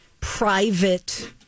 private